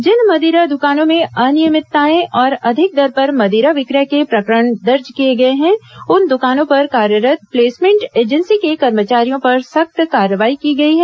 जिन मदिरा दुकानों में अनियमितताएं और अधिक दर पर मदिरा विक्रय को प्रकरण दर्ज किए गए हैं उन दुकानों पर कार्यरत प्लेसमेन्ट एजेंसी के कार्मचारियों पर सख्त कार्रवाई की गई है